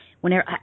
Whenever